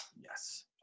Yes